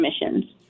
emissions